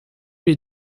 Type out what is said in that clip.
les